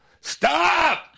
Stop